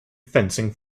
fencing